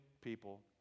people